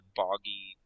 boggy